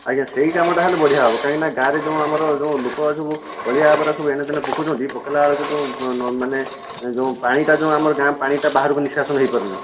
ଆଜ୍ଞା ସେହି କାମଟା ହେଲେ ବଢ଼ିଆ ହେବ କାହିଁକିନା ଗାଁରେ ଯେଉଁ ଆମର ଯେଉଁ ଲୋକର ସବୁ ଅଳିଆ ଆବୁରା ସବୁ ଏଣେତେଣେ ପକାଉଛନ୍ତି ପକାଇଲା ବେଳକୁ ଯେଉଁ ମାନେ ଯେଉଁ ପାଣିଟା ଯେଉଁ ଆମର ଗାଁ ପାଣିଟା ବାହାରକୁ ନିଷ୍କାସନ ହୋଇ ପାରୁନି